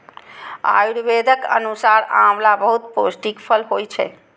आयुर्वेदक अनुसार आंवला बहुत पौष्टिक फल होइ छै